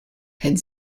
had